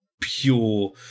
pure